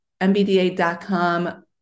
MBDA.com